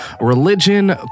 religion